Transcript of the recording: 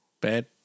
bad